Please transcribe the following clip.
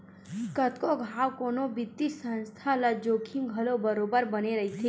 कतको घांव कोनो बित्तीय संस्था ल जोखिम घलो बरोबर बने रहिथे